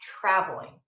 traveling